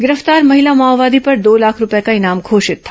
गिरफ्तार महिला माओवादी पर दो लाख रूपये का इनाम घोषित था